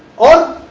or